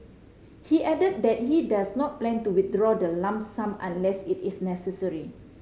he added that he does not plan to withdraw the lump sum unless it is necessary